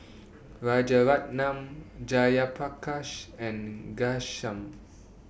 Rajaratnam Jayaprakash and Ghanshyam